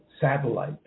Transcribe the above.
satellite